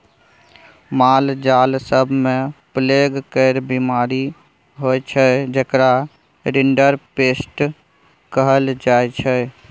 मालजाल सब मे प्लेग केर बीमारी होइ छै जेकरा रिंडरपेस्ट कहल जाइ छै